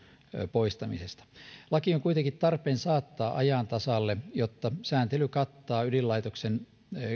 poistamisesta laki on kuitenkin tarpeen saattaa ajan tasalle jotta sääntely kattaa ydinlaitoksen